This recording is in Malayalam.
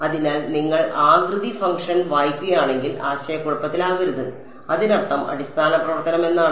അതിനാൽ നിങ്ങൾ ആകൃതി ഫംഗ്ഷൻ വായിക്കുകയാണെങ്കിൽ ആശയക്കുഴപ്പത്തിലാകരുത് അതിനർത്ഥം അടിസ്ഥാന പ്രവർത്തനം എന്നാണ്